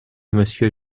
monsieur